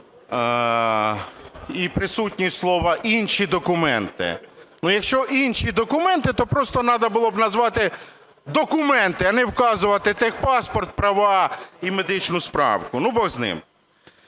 і присутні слова "інші документи". Якщо "інші документи", то просто треба було б назвати "документи", а не вказувати техпаспорт, права і медичну справку. Бог з ним.